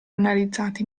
analizzati